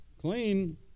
clean